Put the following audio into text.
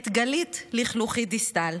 את גלית-לכלוכית דיסטל,